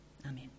Amen